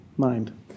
mind